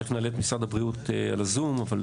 תיכף נעלה את משרד הבריאות על הזום, אבל